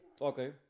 Okay